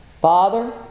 Father